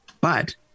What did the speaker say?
But-